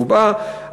היא הובעה,